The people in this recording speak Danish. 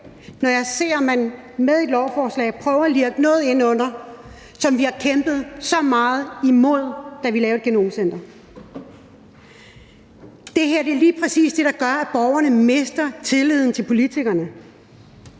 når jeg ser, at man med et lovforslag prøver at lirke noget ind under det, som vi har kæmpet så meget imod, da vi lavede et genomcenter. Det her er lige præcis det, der gør, at borgerne mister tilliden til politikerne,